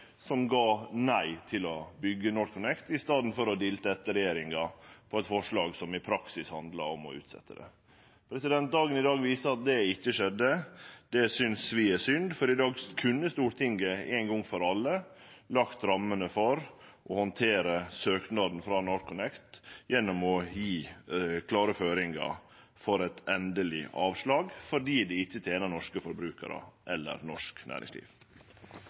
som gav nei til å byggje NorthConnect, i staden for å dilte etter regjeringa på eit forslag som i praksis handlar om å utsetje det. Dagen i dag viser at det ikkje skjedde. Det synest vi er synd, for i dag kunne Stortinget ein gong for alle lagt rammene for å handtere søknaden frå NorthConnect gjennom å gje klare føringar for eit endeleg avslag – fordi det ikkje tener norske forbrukarar eller norsk næringsliv.